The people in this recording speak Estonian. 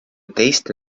teiste